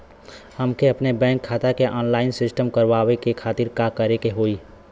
हमके अपने बैंक खाता के ऑनलाइन सिस्टम करवावे के खातिर का करे के होई?